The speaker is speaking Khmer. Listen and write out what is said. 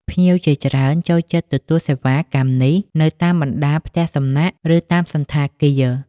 ភ្ញៀវជាច្រើនចូលចិត្តទទួលសេវាកម្មនេះនៅតាមបណ្តាផ្ទះសំណាក់ ឬតាមសណ្ឋាគារ។